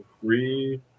three